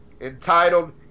entitled